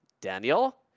Daniel